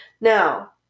Now